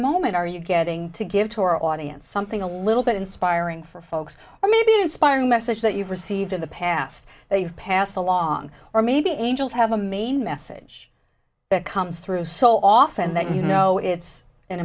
moment are you getting to give to our audience something a little bit inspiring for folks or maybe an inspiring message that you've received in the past they've passed along or maybe angels have a main message that comes through so often that you know it's an